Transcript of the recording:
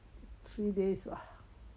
three days bah